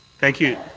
thank you.